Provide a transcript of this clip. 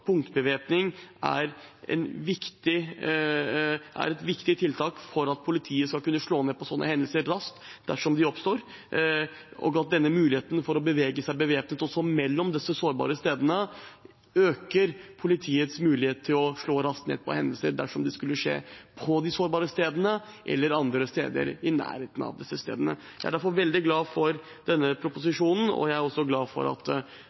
er et viktig tiltak for at politiet skal kunne slå ned på slike hendelser raskt dersom de oppstår, og at muligheten for å bevege seg bevæpnet mellom disse sårbare stedene også øker politiets mulighet til å slå raskt ned på hendelser dersom de skulle skje på de sårbare stedene eller i nærheten av disse stedene. Jeg er derfor veldig glad for denne proposisjonen, og jeg er også glad for at det